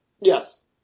Yes